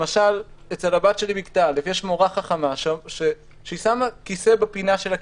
למשל אצל הבת שלי בכיתה א' יש מורה חכמה ששמה כיסא בפינה של הכיתה,